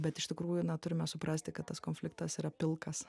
bet iš tikrųjų na turime suprasti kad tas konfliktas yra pilkas